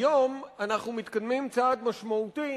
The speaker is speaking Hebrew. היום אנחנו מתקדמים צעד משמעותי